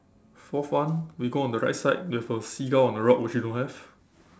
fourth one we go on the right side we have a seagull on the rock which you don't have